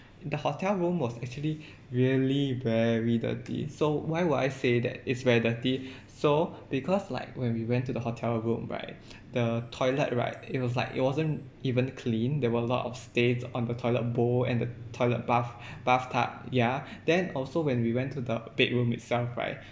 the hotel room was actually really very dirty so why would I say that it's very dirty so because like when we went to the hotel room right the toilet right it was like it wasn't even clean there were a lot of stains on the toilet bowl and the toilet bath bathtub ya then also when we went to the bedroom itself right